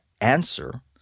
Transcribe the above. answer